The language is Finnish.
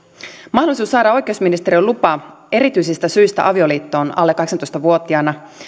mahdollisuus saada oikeusministeriön lupa erityisistä syistä avioliittoon alle kahdeksantoista vuotiaana